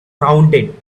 rounded